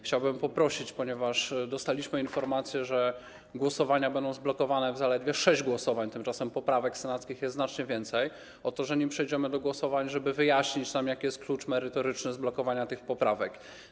Chciałbym poprosić - ponieważ dostaliśmy informację, że głosowania będą zblokowane w zaledwie sześć głosowań, a tymczasem poprawek senackich jest znacznie więcej - o to, żeby nam wyjaśnić, nim przejdziemy do głosowań, jaki jest klucz merytoryczny zblokowania tych poprawek.